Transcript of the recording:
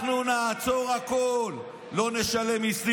אתם, את בגין.